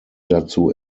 dazu